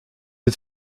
did